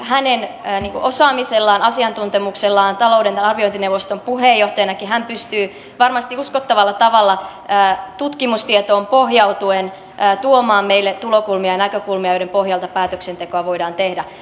hänen osaamisellaan asiantuntemuksellaan talouden arviointineuvoston puheenjohtajanakin hän pystyy varmasti uskottavalla tavalla tutkimustietoon pohjautuen tuomaan meille tulokulmia ja näkökulmia joiden pohjalta päätöksentekoa voidaan tehdä